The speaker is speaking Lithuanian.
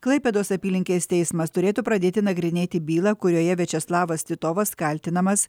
klaipėdos apylinkės teismas turėtų pradėti nagrinėti bylą kurioje viačeslavas titovas kaltinamas